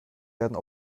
werden